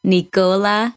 Nicola